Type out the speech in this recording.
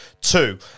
two